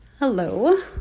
Hello